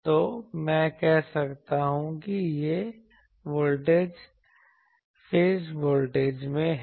तो मैं कह सकता हूं कि यह वोल्टेज फेज वोल्टेज में है